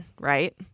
right